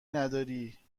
نداری